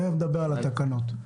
תכף נדבר על התקנות.